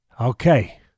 Okay